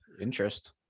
Interest